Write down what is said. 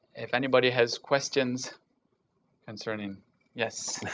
if anybody has questions concerning yes. i